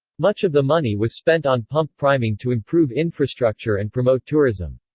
much of the money was spent on pump-priming to improve infrastructure and promote tourism.